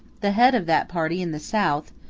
the head of that party in the south,